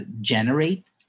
generate